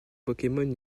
pokémon